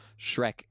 Shrek